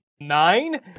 nine